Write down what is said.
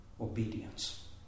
obedience